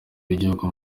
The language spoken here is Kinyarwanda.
w’igihugu